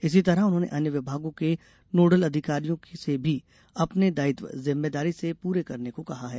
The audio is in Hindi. इसी तरह उन्होंने अन्य विभागों के नोडल अधिकारियों से भी अपने दायित्व जिम्मेदारी से पूरे करने को कहा है